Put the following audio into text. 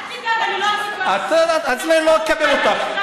אל תדאג, אני לא, אני לא אקבל אותך.